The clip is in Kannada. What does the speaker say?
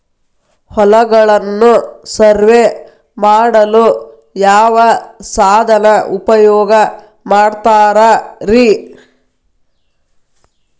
ಹೊಲಗಳನ್ನು ಸರ್ವೇ ಮಾಡಲು ಯಾವ ಸಾಧನ ಉಪಯೋಗ ಮಾಡ್ತಾರ ರಿ?